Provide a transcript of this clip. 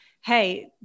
Hey